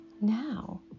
now